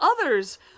others